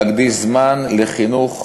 להקדיש זמן לחינוך